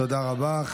תודה רבה.